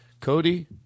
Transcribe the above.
Cody